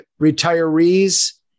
retirees